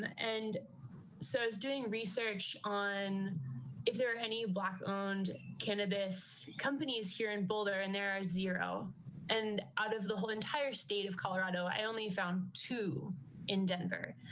and so i was doing research on if there are any black owned cannabis companies here in boulder and there are zero and out of the whole entire state of colorado, i only found two in denver.